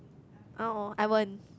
oh I won't